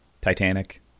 Titanic